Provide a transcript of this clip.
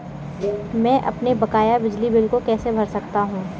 मैं अपने बकाया बिजली बिल को कैसे भर सकता हूँ?